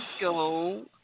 go